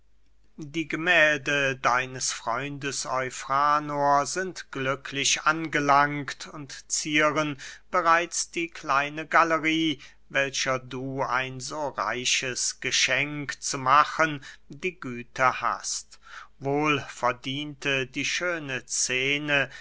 die gemählde deines freundes eufranor sind glücklich angelangt und zieren bereits die kleine galerie welcher du ein so reiches geschenk zu machen die güte hast wohl verdiente die schöne scene